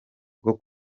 bwo